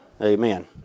Amen